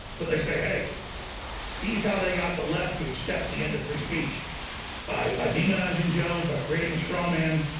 but they say hey he's how they got the left to accept the end of free speech by by demonizing jones by creating a straw man,